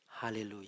Hallelujah